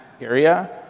area